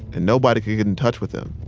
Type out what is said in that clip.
and nobody could get in touch with them.